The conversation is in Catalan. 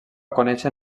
conèixer